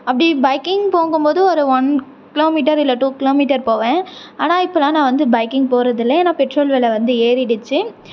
அப்படி பைக்கிங் போகும் போது ஒரு ஒன் கிலோ மீட்டர் இல்லை டூ கிலோ மீட்டர் போவேன் ஆனால் இப்போல்லாம் நான் வந்து பைக்கிங் போகிறதில்ல ஏன்னா பெட்ரோல் வில வந்து ஏறிடுச்சு